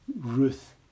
Ruth